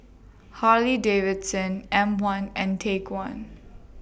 Harley Davidson M one and Take one